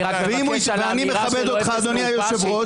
אני מכבד אותך אדוני היושב ראש.